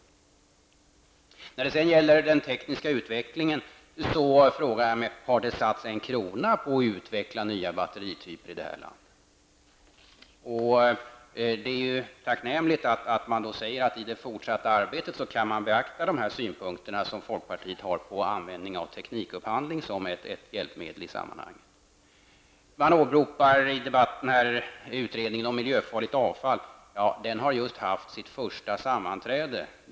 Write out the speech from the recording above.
När det sedan gäller den tekniska utvecklingen frågar jag mig: Har det satsats en krona på att utveckla nya batterityper här i landet? Det är ju tacknämligt att man säger att man i det fortsatta arbetet kan beakta de synpunkter som folkpartiet har på användning av teknikupphandling som ett hjälpmedel i sammanhanget. Man åberopar i debatten här utredningen om miljöfarligt avfall. Den har just haft sitt första sammanträde.